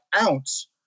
ounce